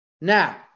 Now